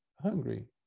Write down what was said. hungry